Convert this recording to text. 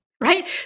Right